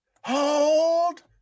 Hold